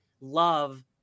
love